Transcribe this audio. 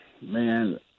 Man